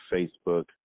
Facebook